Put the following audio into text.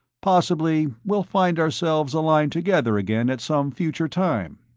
possibly we'll find ourselves aligned together again at some future time.